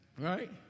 Right